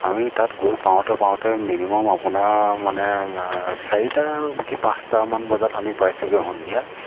আমি তাত গৈ পাওঁতে পাওঁতে মিনিমাম আপোনাৰ মানে চাৰিটা কি পাঁচটামান বজাত আমি পাইছোগৈ সন্ধিয়া